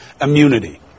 immunity